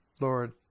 Lord